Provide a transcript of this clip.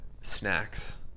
snacks